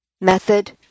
Method